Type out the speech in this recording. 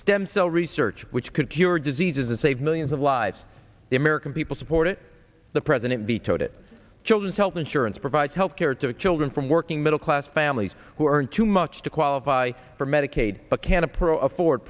stem cell research which could cure diseases and save millions of lives the american people support it the president vetoed it children's health insurance provides health care to children from working middle class families who are in too much to qualify for medicaid